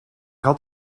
had